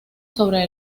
sobre